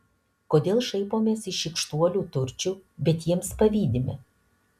kodėl šaipomės iš šykštuolių turčių bet jiems pavydime